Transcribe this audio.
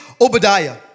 Obadiah